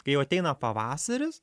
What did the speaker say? kai jau ateina pavasaris